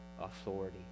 authority